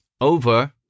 over